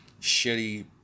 shitty